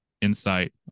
insight